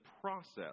process